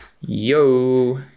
Yo